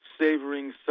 savoring